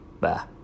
Bye